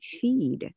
feed